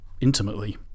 intimately